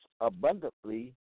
abundantly